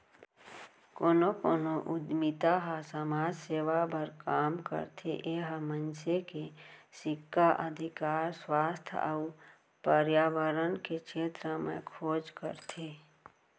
कोनो कोनो उद्यमिता ह समाज सेवा बर काम करथे ए ह मनसे के सिक्छा, अधिकार, सुवास्थ अउ परयाबरन के छेत्र म खोज करथे